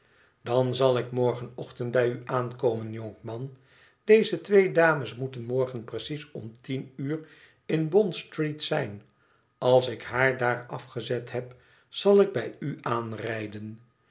dan zal ik morgenochtend biju aankomen jonkman deze twee dames moeten morgen precies om tien uur in bond-street zijn als ik haar daar afgezet heb zal ik bij u aanrijden